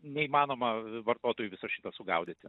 neįmanoma vartotojui viso šito sugaudyti